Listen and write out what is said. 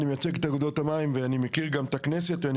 אני מייצג את אגודות המים, ואני מכיר גם את הכנסת.